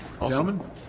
Gentlemen